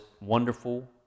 wonderful